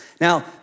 Now